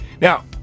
Now